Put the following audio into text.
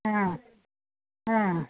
ಹ್ಞೂ ಹ್ಞೂ